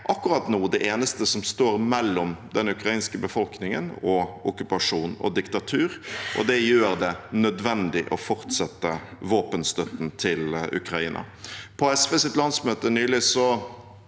akkurat nå det eneste som står mellom den ukrainske befolkningen og okkupasjon og diktatur, og det gjør det nødvendig å fortsette våpenstøtten til Ukraina. På SVs landsmøte nylig